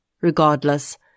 Regardless